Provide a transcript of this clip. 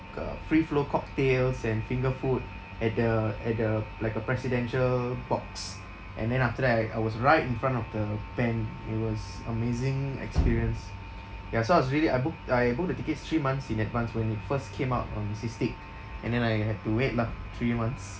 uh free flow cocktails and finger food at the at the like a presidential box and then after that I I was right in front of the band it was amazing experience ya so I was really I booked I booked the tickets three months in advance when it first came up on SISTIC and then I have to wait lah three months